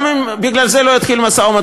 גם אם בגלל זה לא יתחיל משא-ומתן,